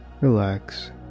relax